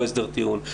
לא הסדר טיעון,